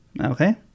okay